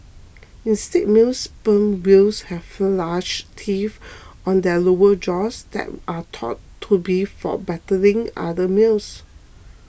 instead male sperm whales have large teeth on their lower jaws that are thought to be for battling other males